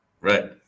Right